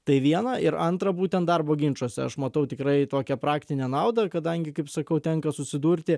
tai viena ir antra būtent darbo ginčuose aš matau tikrai tokią praktinę naudą kadangi kaip sakau tenka susidurti